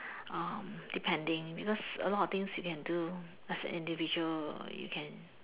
um depending because a lot of things you can do as an individual you can